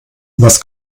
was